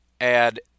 add